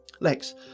Lex